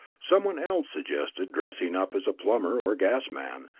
someone else suggested dressing up as a plumber or gas-man,